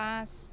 পাঁচ